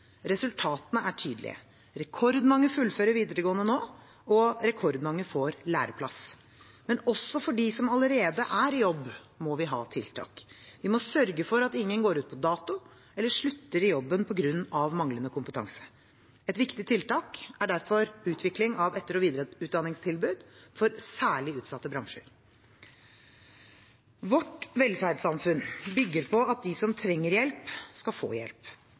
Resultatene er tydelige. Rekordmange fullfører videregående nå, og rekordmange får læreplass. Men også for dem som allerede er i jobb, må vi ha tiltak. Vi må sørge for at ingen går ut på dato eller slutter i jobben på grunn av manglende kompetanse. Et viktig tiltak er derfor utvikling av etter- og videreutdanningstilbud for særlig utsatte bransjer. Vårt velferdssamfunn bygger på at de som trenger hjelp, skal få hjelp.